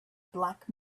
black